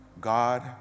God